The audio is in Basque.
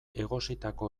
egositako